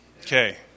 Okay